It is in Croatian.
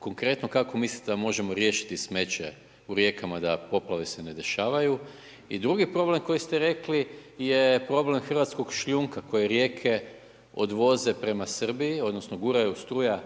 konkretno kako mislite da možemo riješiti smeće u rijekama da poplave se ne dešavaju. I drugi problem koji ste rekli je problem hrvatskog šljunka kojeg rijeke odvoze prema Srbiji, odnosno guraju, struja